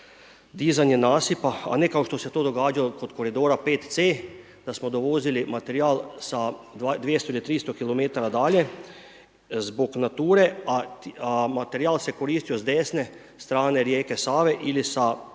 dizanje nasipa a ne kao što se to događalo kod koridora 5C da smo dovozili materijal sa 200 ili 300 km dalje zbog Nature a materijal se koristio s desne strane rijeke Save ili sa